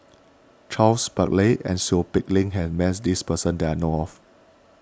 Charles Paglar and Seow Peck Leng has met this person that I know of